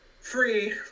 free